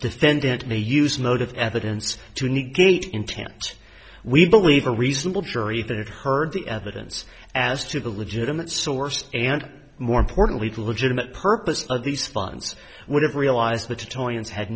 defendant may use motive evidence to negate intent we believe a reasonable jury that heard the evidence as to the legitimate source and more importantly to legitimate purpose of these fun